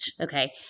okay